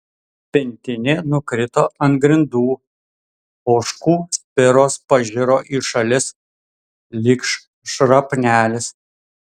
pintinė nukrito ant grindų ožkų spiros pažiro į šalis lyg šrapnelis